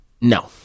No